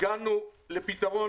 הגענו לפתרון